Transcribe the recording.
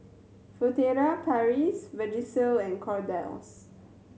Furtere Paris Vagisil and Kordel's